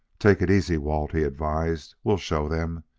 take it easy, walt, he advised. we'll show them.